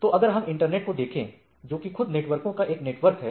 तो अगर हम इंटरनेट को देखें जो की खुद नेटवर्को का एक नेटवर्क है